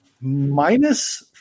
Minus